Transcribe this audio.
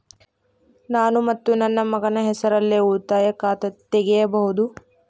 ನಾನು ಮತ್ತು ನನ್ನ ಮಗನ ಹೆಸರಲ್ಲೇ ಉಳಿತಾಯ ಖಾತ ತೆಗಿಬಹುದ?